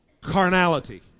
carnality